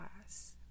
class